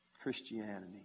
Christianity